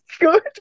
good